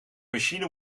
machine